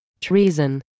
treason